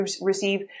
receive